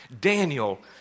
Daniel